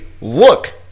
Look